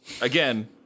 Again